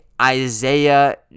Isaiah